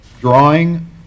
drawing